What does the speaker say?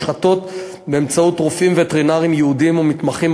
במשחטות ובמקומות אחרים מבוצעות מדי יום ולאורך כל השנה.